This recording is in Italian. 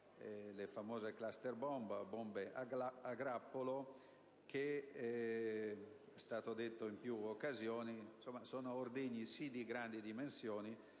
le famose *cluster bomb*, bombe a grappolo, che - è stato detto in più occasioni - sono ordigni, sì, di grandi dimensioni,